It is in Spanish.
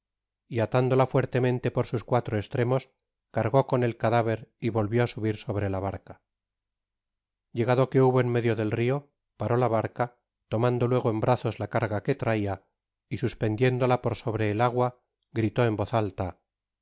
y atándola fuertemente por sus cuatro estrenios cargó con el cadáver y volvió á subir sobre la barca estov perdida es preciso morir content from google book search generated at llegado que hubo en medio del rio paró la barca tomando tuego en brazos la carga que traia y suspendiéndola por sobre el agua gritó en voz alta